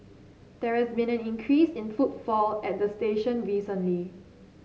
there has been an increase in footfall at the station recently